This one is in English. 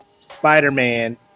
Spider-Man